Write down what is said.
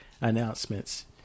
announcements